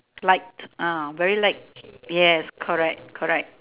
light ah very light yes correct correct